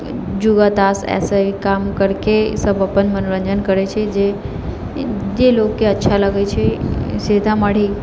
जुआ ताश अइसे काम करिके सब अपन मनोरञ्जन करै छै जे जे लोकके अच्छा लगै छै सीतामढ़ी